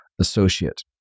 associate